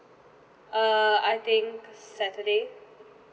err I think saturday